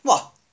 !wah!